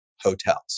hotels